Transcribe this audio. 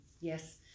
Yes